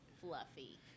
fluffy